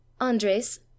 andres